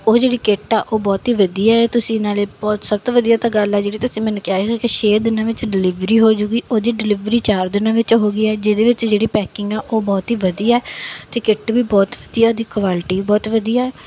ਉਹ ਜਿਹੜੀ ਕਿੱਟ ਹੈ ਉਹ ਬਹੁਤ ਹੀ ਵਧੀਆ ਹੈ ਤੁਸੀਂ ਨਾਲੇ ਸਭ ਤੋਂ ਵਧੀਆ ਤਾਂ ਗੱਲ ਜਿਹੜੀ ਤੁਸੀਂ ਮੈਨੂੰ ਕਹਿ ਸੀ ਕਿ ਛੇ ਦਿਨਾਂ ਵਿੱਚ ਡਲੀਵਰੀ ਹੋ ਜਾਊਗੀ ਉਹਦੀ ਡਲੀਵਰੀ ਚਾਰ ਦਿਨਾਂ ਵਿੱਚ ਹੋ ਗਈ ਹੈ ਜਿਹਦੇ ਵਿੱਚ ਜਿਹੜੀ ਪੈਕਿੰਗ ਆ ਉਹ ਬਹੁਤ ਹੀ ਵਧੀਆ ਹੈ ਅਤੇ ਕਿੱਟ ਵੀ ਬਹੁਤ ਵਧੀਆ ਉਹਦੀ ਕੁਆਲਿਟੀ ਵੀ ਬਹੁਤ ਵਧੀਆ ਹੈ